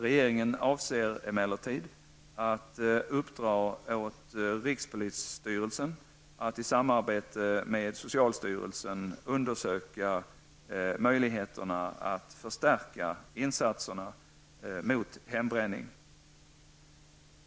Regeringen avser emellertid att uppdra åt rikspolisstyrelsen att i samråd med socialstyrelsen undersöka möjligheterna att förstärka insatserna mot hembränningen.